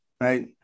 right